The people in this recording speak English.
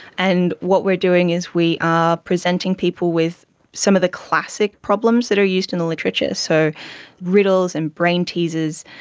and what we're doing is we are presenting people with some of the classic problems that are used in the literature, so riddles and brain teasers,